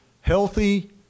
healthy